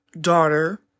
daughter